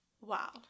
wow